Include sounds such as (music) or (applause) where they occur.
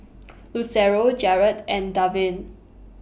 (noise) Lucero Jared and Darvin